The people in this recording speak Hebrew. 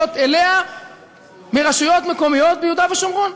אליה מרשויות מקומיות ביהודה ושומרון.